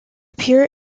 pure